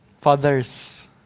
Fathers